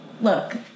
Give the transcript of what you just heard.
look